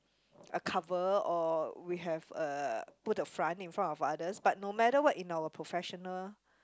a cover or we have uh put a front in front of others but no matter what in our professional